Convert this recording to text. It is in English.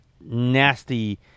nasty